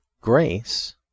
grace